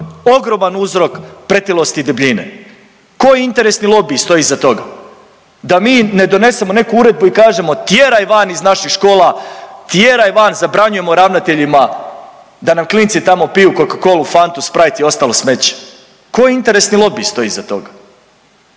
ogroman uzrok pretilosti i debljine koji interesni lobiji stoje iza toga, da mi ne donesemo neku uredbu i kažemo tjeraj van iz naših škola, tjeraj van zabranjujemo ravnateljima da nam klinci tamo piju Coca colu, Fantu, Sprite i ostalo smeće. Koji interesni lobiji stoje iza toga?